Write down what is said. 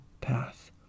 path